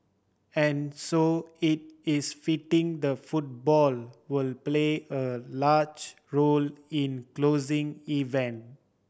and so it is fitting the football will play a large role in closing event